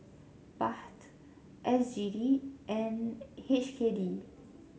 Baht S G D and H K D